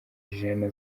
ijana